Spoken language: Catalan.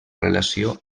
relació